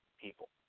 people